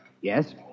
Yes